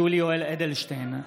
(קורא בשמות חברי הכנסת) יולי יואל אדלשטיין,